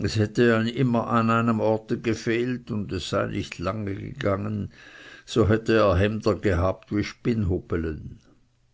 es hätte immer an einem orte gefehlt und es sei nicht lange gegangen so hätte er hemder gehabt wie